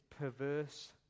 perverse